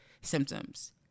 symptoms